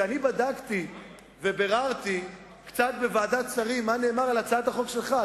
כשאני בדקתי וביררתי קצת בוועדת שרים מה נאמר על הצעת החוק שלך,